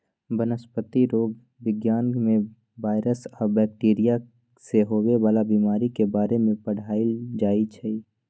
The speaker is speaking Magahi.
वनस्पतिरोग विज्ञान में वायरस आ बैकटीरिया से होवे वाला बीमारी के बारे में पढ़ाएल जाई छई